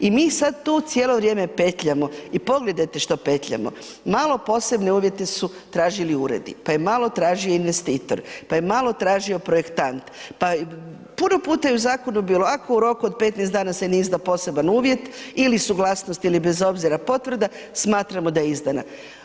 I mi sad tu cijelo vrijeme petljamo i pogledajte što petljamo, malo posebne uvjete su tražili uredi, pa je malo tražio investitor, pa je malo tražio projektant, pa puno puta je u zakonu bilo ako u roku od 15 dana se ne izda poseban uvjet ili suglasnost ili bez obzira potvrda, smatramo da je izdana.